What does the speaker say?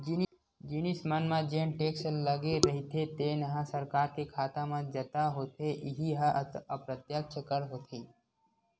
जिनिस मन म जेन टेक्स लगे रहिथे तेन ह सरकार के खाता म जता होथे इहीं ह अप्रत्यक्छ कर होथे